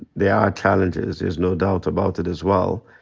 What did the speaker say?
there are challenges. there's no doubt about it as well.